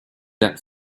that